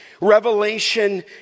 Revelation